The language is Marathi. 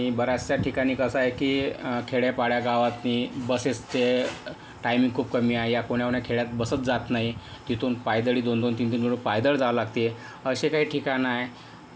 आणि बराचशा ठिकाणी कसं आहे की खेड्यापाड्या गावात ने बसेसचे टाईमिंग खूप कमी आहे या पुण्याहून खेड्यात बसच जात नाही तिथून पायदळी दोन दोन तीन तीन करून पायदळ जावं लागत आहे असे काही ठिकाणं आहे